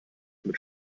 mit